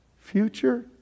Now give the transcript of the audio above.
future